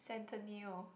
Centineo